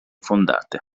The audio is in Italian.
fondate